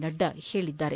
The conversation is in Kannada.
ನಡ್ಡಾ ಹೇಳಿದ್ದಾರೆ